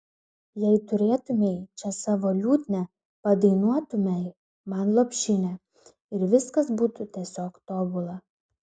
jei turėtumei čia savo liutnią padainuotumei man lopšinę ir viskas būtų tiesiog tobula